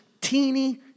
teeny